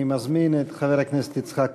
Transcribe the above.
אני מזמין את חבר הכנסת יצחק כהן.